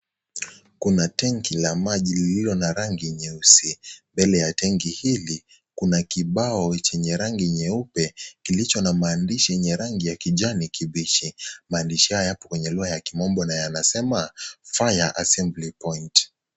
Kuna tenki la maji lililona rangi nyeusi. Mbele ya tenki hili kuna kibao chenye rangi nyeupe kilichonamaandishi yenye rangi ya kijani kibichi. Maandishi haya yako kwenye lugha ya kimombo na yanasema FIRE ASSEMBLY POINT .